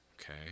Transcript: okay